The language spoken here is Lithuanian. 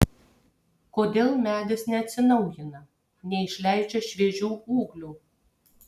kodėl medis neatsinaujina neišleidžia šviežių ūglių